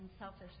selfish